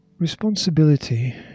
Responsibility